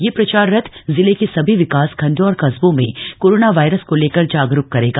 यह प्रचार रथ जिले के सभी विकासखण्डों और कस्बों में कोरोना वायरस को लेकर जागरूक करेगा